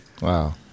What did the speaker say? Wow